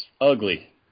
ugly